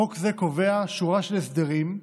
חוק זה קובע שורה של הסדרים,